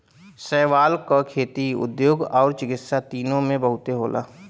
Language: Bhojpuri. शैवाल क खेती, उद्योग आउर चिकित्सा तीनों में बहुते होला